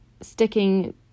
sticking